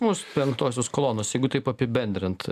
mus penktosios kolonos jeigu taip apibendrint